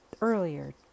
earlier